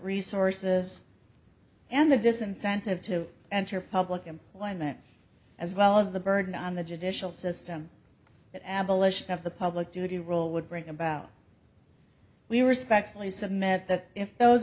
resources and the disincentive to enter public employment as well as the burden on the judicial system that abolition of the public duty rule would bring about we respectfully submit that if those